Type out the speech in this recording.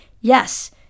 yes